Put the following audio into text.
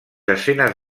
escenes